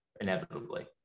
inevitably